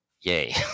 Yay